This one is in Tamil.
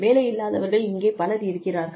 வேலை இல்லாதவர்கள் இங்கே பலர் இருக்கிறார்கள்